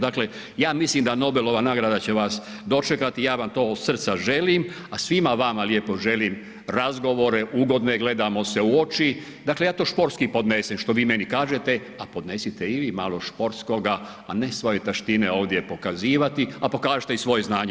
Dakle ja mislim da Nobelova nagrada će vas dočekati, ja vam to od srca želim a svima vama lijepo želim, razgovore ugodne, gledamo se u oči, dakle ja to športski podnesem što vi meni kažete a podnesite i vi malo športskoga a ne svoje taštine ovdje pokazivati a pokažite i svoje znanje.